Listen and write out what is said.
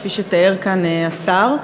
כפי שתיאר כאן השר,